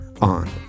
on